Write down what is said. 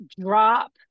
drop